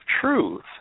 truth